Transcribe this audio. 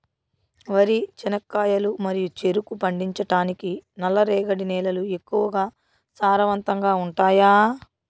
వరి, చెనక్కాయలు మరియు చెరుకు పండించటానికి నల్లరేగడి నేలలు ఎక్కువగా సారవంతంగా ఉంటాయా?